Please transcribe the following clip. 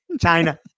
China